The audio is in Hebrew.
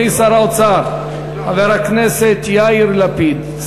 חבר הכנסת יאיר לפיד,